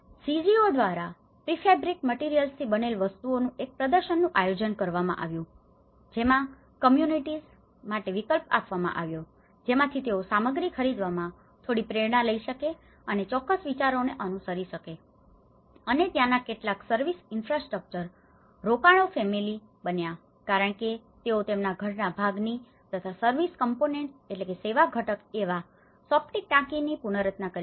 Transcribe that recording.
CGO દ્વારા prefabricated મટિરિયલ્સથી બનેલ વસ્તુઓનું એક પ્રદર્શનનું આયોજન કરવામાં આવ્યું જેમાં કમ્યુનિટિજ communities સમુદાયો માટે વિકલ્પ આપવામાં આવ્યો જેમાંથી તેઓ સામગ્રી ખરીદવામાં થોડી પ્રેરણા લઈ શકે અને ચોક્કસ વિચારોને અનુસરી શકે અને ત્યાંના કેટલાક સર્વિસ ઇન્ફ્રાસ્ટ્રક્ચર રોકાણો ફેમિલી family પરિવારો બન્યા કારણ કે તેઓ તેમના ઘરના ભાગની તથા સર્વિસ કમ્પોનન્ટ service component સેવા ઘટક એવા સેપ્ટિક ટાંકીની પુનરચના કરી શક્યા